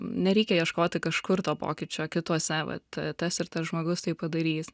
nereikia ieškoti kažkur to pokyčio kituose vat tas ir tas žmogus tai padarys